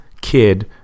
kid